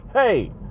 hey